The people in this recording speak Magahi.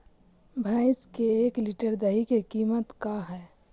भैंस के एक लीटर दही के कीमत का है?